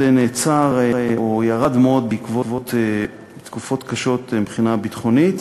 זה נעצר או ירד מאוד בעקבות תקופות קשות מבחינה ביטחונית.